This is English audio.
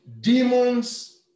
demons